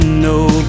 No